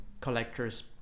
collectors